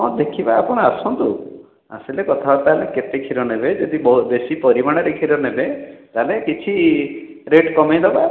ହଁ ଦେଖିବା ଆପଣ ଆସନ୍ତୁ ଆସିଲେ କଥାବାର୍ତ୍ତା ହେଲେ କେତେ କ୍ଷୀର ନେବେ ଯଦି ବହୁତ ବେଶୀ ପରିମାଣରେ କ୍ଷୀର ନେବେ ତାହାଲେ କିଛି ରେଟ କମେଇ ଦେବା